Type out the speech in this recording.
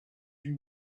you